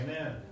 Amen